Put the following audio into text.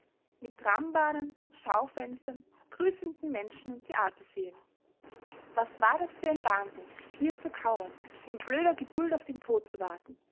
mit trambahnen schaufenstern grüßenden menschen und theatersälen was war das für ein wahnsinn hier zu kauern in blöder geduld auf den tod zu warten